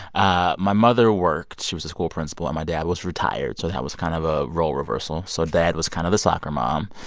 ah my mother worked. she was a school principal. and my dad was retired. so that was kind of a role reversal. so dad was kind of the soccer mom.